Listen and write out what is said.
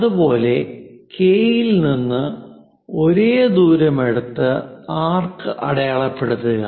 അതുപോലെ കെ യിൽ നിന്ന് ഒരേ ദൂരം എടുത്ത് ആർക്ക് അടയാളപ്പെടുത്തുക